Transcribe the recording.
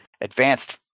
advanced